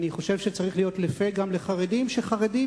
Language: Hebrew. אני חושב שצריך להיות לפה גם לחרדים שחרדים